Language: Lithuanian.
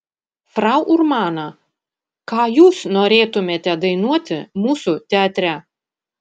frau urmana ką jūs norėtumėte dainuoti mūsų teatre